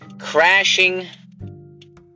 crashing